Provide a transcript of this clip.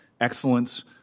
excellence